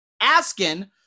asking